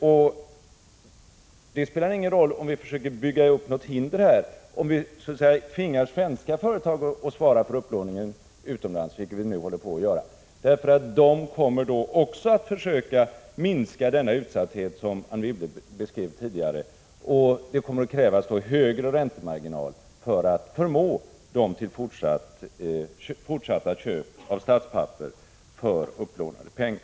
Och det spelar ingen roll om vi försöker bygga upp något hinder och så att säga tvingar svenska företag att spara för upplåningen utomlands, vilket vi nu håller på att göra — de kommer då att försöka minska den utsatthet som Anne Wibble beskrev tidigare, och då kommer det att krävas högre räntemarginaler för att förmå dem till ett fortsatt köp av statspapper för upplånade pengar.